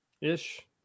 ish